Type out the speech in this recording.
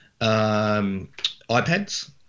iPads